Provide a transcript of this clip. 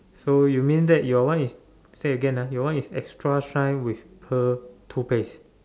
so you mean that your one is say again ah your one is extra shine with pearl toothpaste